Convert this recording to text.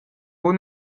buca